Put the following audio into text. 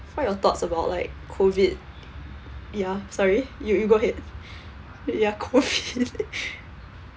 what are your thoughts about like COVID ya sorry you you go ahead ya COVID